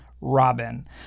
Robin